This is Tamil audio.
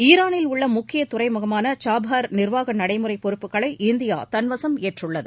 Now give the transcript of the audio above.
ஈரானில் உள்ள முக்கிய துறைமுகமான சாபாகர் நிர்வாக நடைமுறை பொறுப்புகளை இந்தியா தன்வசம் ஏற்றுள்ளது